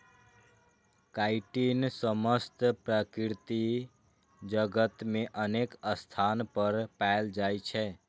chitin समस्त प्रकृति जगत मे अनेक स्थान पर पाएल जाइ छै